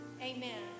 amen